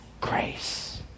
grace